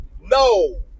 No